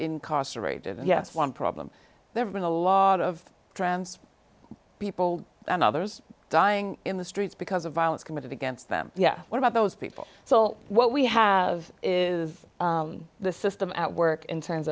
incarcerated and yes one problem there's been a lot of trans people and others dying in the streets because of violence committed against them what about those people so what we have is the system at work in terms